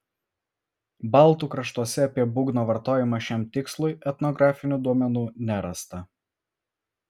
baltų kraštuose apie būgno vartojimą šiam tikslui etnografinių duomenų nerasta